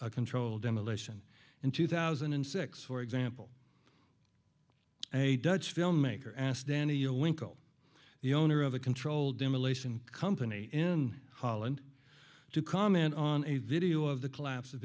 a controlled demolition in two thousand and six for example a dutch filmmaker asked danny yo winkle the owner of a controlled demolition company in holland to comment on a video of the collapse of